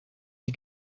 die